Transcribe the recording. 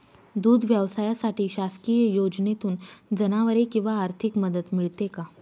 दूध व्यवसायासाठी शासकीय योजनेतून जनावरे किंवा आर्थिक मदत मिळते का?